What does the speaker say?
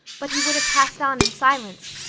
but he would have passed on in silence,